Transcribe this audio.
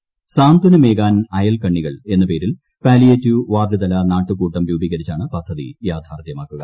സാന്ത്വന്റുമേകാൻ അയൽക്കണ്ണികൾ എന്ന പേരിൽ പാലിയേറ്റീവ് വാർഡുതില് നാട്ടുകൂട്ടം രൂപികരിച്ചാണ് പദ്ധതി യാഥാർത്ഥ്യമാക്കുക